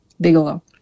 bigelow